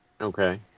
okay